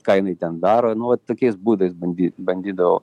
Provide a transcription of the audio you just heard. ką jinai ten daro nu vat tokiais būdais bandy bandydavau